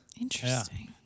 Interesting